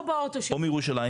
או מירושלים,